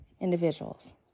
individuals